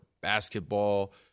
basketball